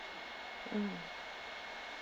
mm